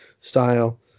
style